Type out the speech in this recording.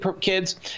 kids